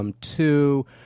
Two